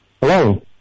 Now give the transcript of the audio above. Hello